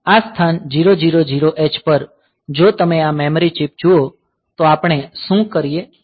આ સ્થાન 000h પર જો તમે આ મેમરી મેપ જુઓ તો આપણે શું કરીએ છીએ